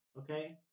okay